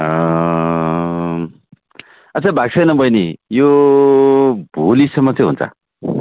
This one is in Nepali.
अच्छा भएको छैन बहिनी यो भोलिसम्म चाहिँ हुन्छ